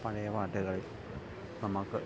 പഴയ പാട്ടുകൾ നമുക്ക്